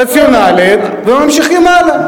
רציונלית, וממשיכים הלאה.